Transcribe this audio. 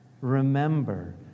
remember